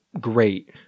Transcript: great